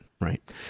Right